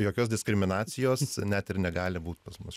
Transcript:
jokios diskriminacijos net ir negali būt pas mus